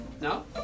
No